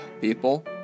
people